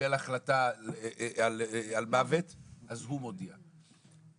קיבל החלטה על מוות אז הוא מודיע,